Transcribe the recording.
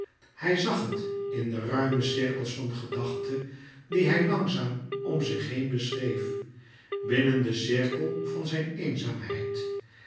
hij zag het in de ruime cirkels van gedachte die hij langzaam om zich heen beschreef binnen den cirkel van zijn eenzaamheid